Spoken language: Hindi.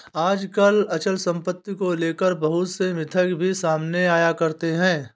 आजकल अचल सम्पत्ति को लेकर बहुत से मिथक भी सामने आया करते हैं